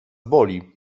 boli